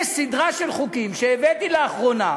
יש סדרה של חוקים שהבאתי לאחרונה,